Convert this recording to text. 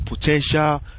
potential